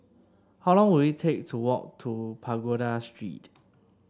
how long will it take to walk to Pagoda Street